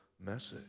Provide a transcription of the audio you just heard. message